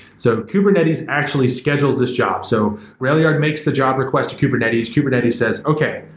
so, kubernetes actually schedules this job. so, railyard makes the job request to kubernetes. kubernetes says, okay.